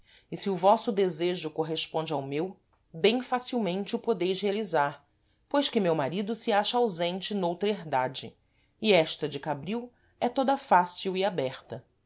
e se o vosso desejo corresponde ao meu bem fàcilmente o podeis realizar pois que meu marido se acha ausente noutra herdade e esta de cabril é toda fácil e aberta